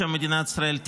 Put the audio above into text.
בשם מדינת ישראל,